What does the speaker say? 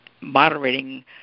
moderating